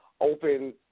open